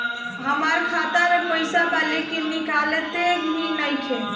हमार खाता मे पईसा बा लेकिन निकालते ही नईखे?